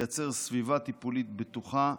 תייצר סביבה טיפולית בטוחה,